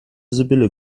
sibylle